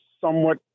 somewhat